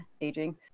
aging